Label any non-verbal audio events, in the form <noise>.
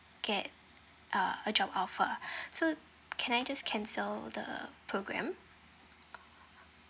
get uh a job offer <breath> so can I just cancel the program